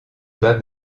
bas